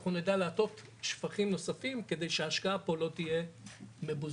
אנחנו נדע להטות שפכים נוספים כדי שההשקעה פה לא תהיה מבוזבזת.